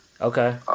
Okay